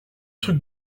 trucs